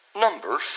Number